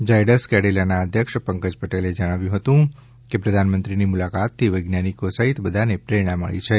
ઝાયડ્સ કેડિલાના અધ્યક્ષ પંકજ પટેલે જણાવ્યું હતું કે પ્રધાનમંત્રીની મુલાકાતથી વૈજ્ઞાનિકો સહિત બધાને પ્રેરણા મળી છે